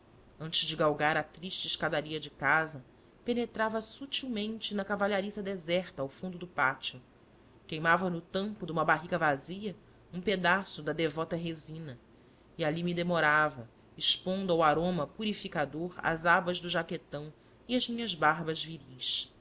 antes de galgar a triste escadaria da casa penetrava sutilmente na cavalariça deserta ao fundo do pátio queimava no tampo de uma barrica vazia um pedaço da devota resina e ali me demorava expondo ao aroma purificador as abas do jaquetão e as minhas barbas viris